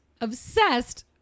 obsessed